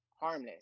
harmless